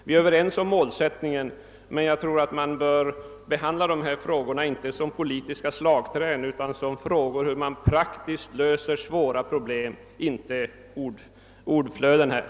Vi är överens om målsättningen, men jag tror att man inte skall använda dessa frågor som politiska slagträn utan betrakta dem som frågor om hur man praktiskt löser svåra problem. Vi skall inte bara låta orden flöda.